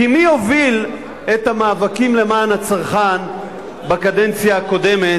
כי מי הוביל את המאבקים למען הצרכן בקדנציה הקודמת?